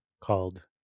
called